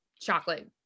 chocolate